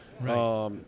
Right